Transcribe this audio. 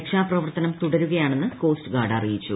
രക്ഷാ പ്രവർത്തനം തുടരുകയാണെന്ന് കോസ്റ്റ് ഗാർഡ് അറിയിച്ചു